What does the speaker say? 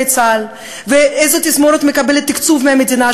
צה"ל" ואיזו תזמורת מקבלת תקצוב מהמדינה,